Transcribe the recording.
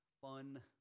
fun